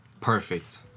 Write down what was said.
perfect